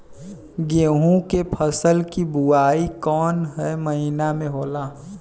गेहूँ के फसल की बुवाई कौन हैं महीना में होखेला?